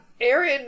Aaron